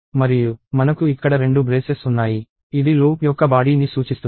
మరియు మనకు ఇక్కడ రెండు బ్రేసెస్ ఉన్నాయి ఇది లూప్ యొక్క బాడీ ని సూచిస్తుంది